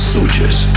Sutures